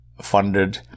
funded